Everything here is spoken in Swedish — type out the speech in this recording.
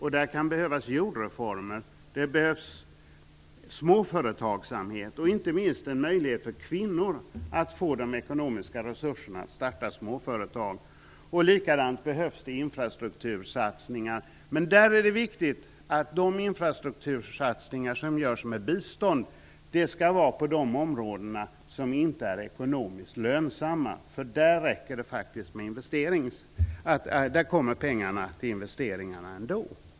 Här kan behövas jordrefomer, småföretagsamhet och inte minst en möjlighet för kvinnor att få de ekonomiska resurserna att starta småföretag. Likaså behövs infrastruktursatsningar. Det är dock viktigt att de infrastruktursatsningar som genomförs med bistånd skall ske på de områden som inte är ekonomiskt lönsamma. Annars finns det pengar till investeringar ändå.